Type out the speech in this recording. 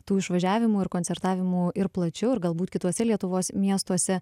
tų išvažiavimų ir koncertavimų ir plačiau ir galbūt kituose lietuvos miestuose